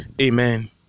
amen